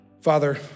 Father